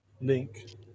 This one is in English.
link